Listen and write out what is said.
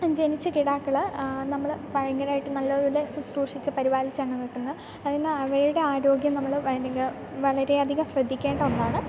ജനിച്ച കിടാക്കൾ നമ്മൾ ഭയങ്കരമായിട്ട് നല്ലതുപോലെ ശുശ്രൂഷിച്ചു പരിപാലിച്ചാണ് നോക്കുന്നത് അതിന് അവയുടെ ആരോഗ്യം നമ്മൾ വളരെയധികം ശ്രദ്ധിക്കേണ്ട ഒന്നാണ്